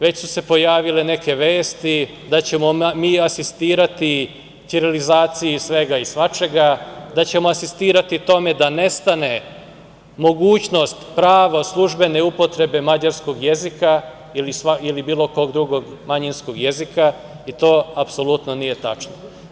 Već su se pojavile neke vesti da ćemo asistirati ćirilizaciji svega i svačega, da ćemo asistirati tome da nestane mogućnost prava službene upotrebe mađarskog jezika ili bilo kog drugog manjinskog jezika i to apsolutno nije tačno.